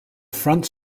front